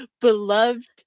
beloved